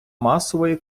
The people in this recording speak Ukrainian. масової